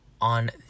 on